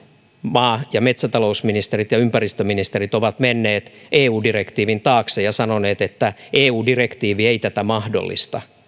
maa ja metsätalousministerit ja ympäristöministerit ovat menneet eu direktiivin taakse ja sanoneet että eu direktiivi ei tätä mahdollista